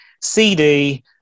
CD